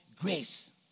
grace